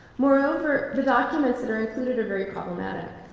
moreover, the documents that are included are very problematic.